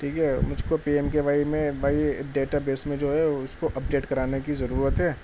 ٹھیک ہے مجھ کو پی ایم کے وائی میں بائی ڈیٹا بیس میں جو ہے اس کو اپڈیٹ کرانے کی ضرورت ہے